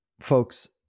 folks